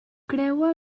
creua